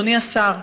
אדוני השר,